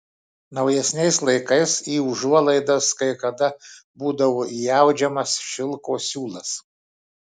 naujesniais laikais į užuolaidas kai kada būdavo įaudžiamas šilko siūlas